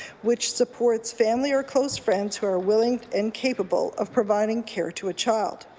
which supports family or close friends who are willing and capable of providing care to a child,